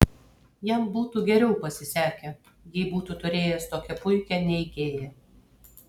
jam būtų geriau pasisekę jei būtų turėjęs tokią puikią neigėją